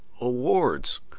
awards